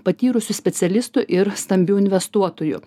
patyrusių specialistų ir stambių investuotojų